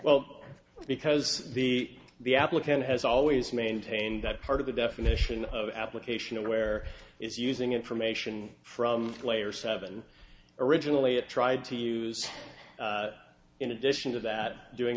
well because the the applicant has always maintained that part of the definition of application aware is using information from player seven originally it tried to use in addition to that doing